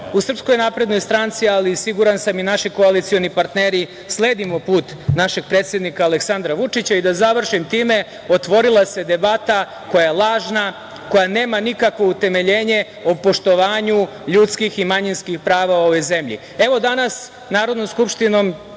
u Srpskoj naprednoj stranci, ali siguran sam i naši koalicioni partneri sledimo put našeg predsednika Aleksandra Vučića.I, da završim time, otvorila se debata koja je lažna, koja nema nikakvo utemeljenje o poštovanju ljudskih i manjinskih prava u ovoj zemlji. Evo, danas Narodnom skupštinom